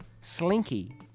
Slinky